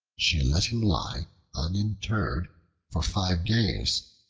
she let him lie uninterred for five days,